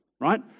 right